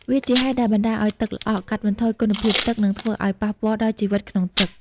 វាជាហេតុដែលបណ្ដាលឲ្យទឹកល្អក់ កាត់បន្ថយគុណភាពទឹក និងធ្វើឲ្យប៉ះពាល់ដល់ជីវិតក្នុងទឹក។